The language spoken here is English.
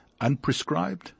Unprescribed